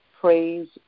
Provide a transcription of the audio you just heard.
praise